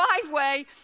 driveway